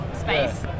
space